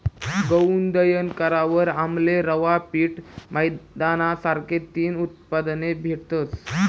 गऊनं दयन करावर आमले रवा, पीठ, मैदाना सारखा तीन उत्पादने भेटतस